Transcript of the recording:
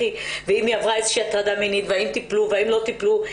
ואם היא עברה איזושהי הטרדה מינית והאם טיפלו והאם לא טיפלו.